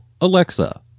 Alexa